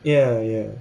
ya ya